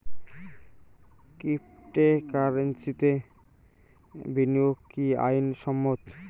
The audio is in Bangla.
ক্রিপ্টোকারেন্সিতে বিনিয়োগ কি আইন সম্মত?